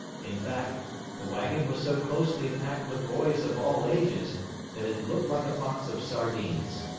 in fact the wagon was so closely packed with boys of all ages that it looked like a box of sardines.